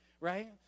right